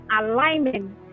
alignment